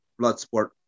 Bloodsport